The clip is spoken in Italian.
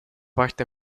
parte